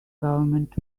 government